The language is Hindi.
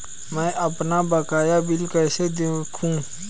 मैं अपना बकाया बिल कैसे देखूं?